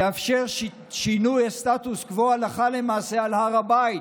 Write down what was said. תאפשר שינוי הסטטוס קוו הלכה למעשה על הר הבית,